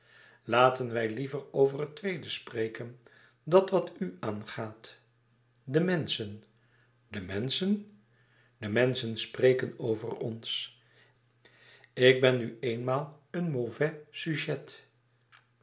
laten wij liever over het tweede spreken dat wat u aangaat de menschen de menschen de menschen spreken over ons ik ben nu eenmaal een mauvais sujet